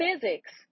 physics